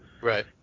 Right